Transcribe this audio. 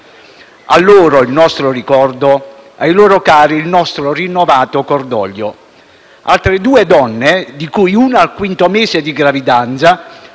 A loro il nostro ricordo, ai loro cari il nostro rinnovato cordoglio. Altre due donne, di cui una al quinto mese di gravidanza,